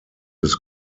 des